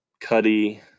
Cuddy